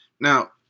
Now